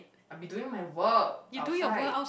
I've been doing my work outside